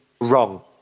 wrong